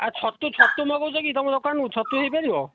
ଆ ଛତୁ ଛତୁ ମଗଉଛ କି ତୁମ ଦୋକାନକୁ ଛତୁ ହୋଇପାରିବ